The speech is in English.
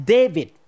David